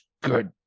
good